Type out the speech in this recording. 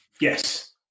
yes